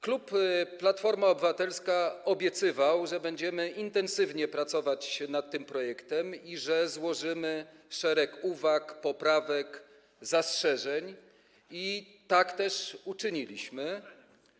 Klub Platforma Obywatelska obiecywał, że będziemy intensywnie pracować nad tym projektem i że złożymy szereg uwag, poprawek, zastrzeżeń, i tak też uczyniliśmy.